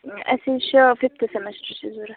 اَسہِ حظ چھِ فِفتھ سیٚمِسٹَرٕچ ضروٗرت